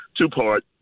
two-part